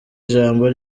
ijambo